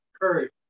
courage